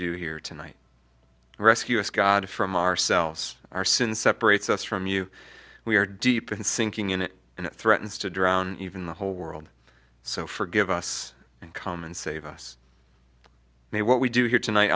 do here tonight rescue us god from ourselves our sin separates us from you we are deep in sinking in it and threatens to drown even the whole world so forgive us and come and save us may what we do here tonight